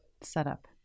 setup